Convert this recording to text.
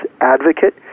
Advocate